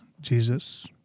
Jesus